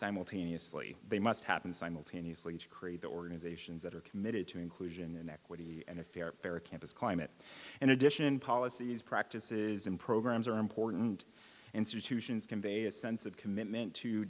simultaneously they must happen simultaneously to create the organizations that are committed to inclusion and equity and a fair fair campus climate in addition policies practices and programs are important and situations convey a sense of commitment to